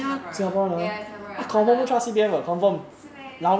新加坡人 yes 新加坡人她拿了是 meh